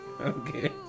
okay